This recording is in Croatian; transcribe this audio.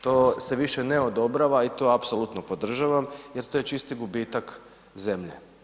To se više ne odobrava i to apsolutno podržavam, jer to je čisto gubitak zemlje.